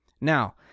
Now